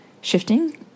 shifting